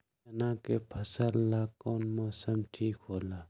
चाना के फसल ला कौन मौसम ठीक होला?